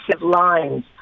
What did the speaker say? lines